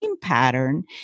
pattern